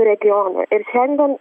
regionų ir šiandien